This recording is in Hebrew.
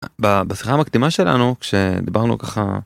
בשיחה המקדימה שלנו כשדיברנו ככה.